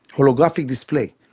holographic display.